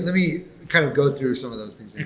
let me kind of go through some of those things.